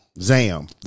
Zam